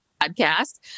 podcast